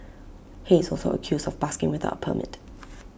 he is also accused of busking without A permit